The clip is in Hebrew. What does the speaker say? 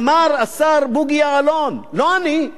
אמר השר בוגי יעלון, לא אני,